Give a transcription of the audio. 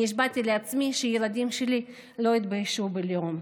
נשבעתי לעצמי שהילדים שלי לא יתביישו בלאום.